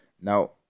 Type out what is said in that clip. Now